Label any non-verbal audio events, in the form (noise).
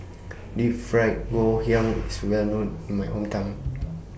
Deep Fried Ngoh Hiang IS Well known in My Hometown (noise)